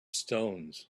stones